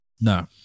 No